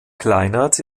kleinert